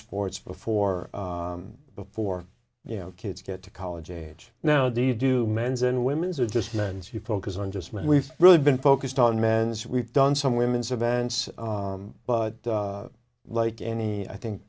sports before before you know kids get to college age now do you do men's and women's or just men's you focus on just men we've really been focused on men's we've done some women's events but like any i think